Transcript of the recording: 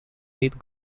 aid